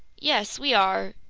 yes, we are.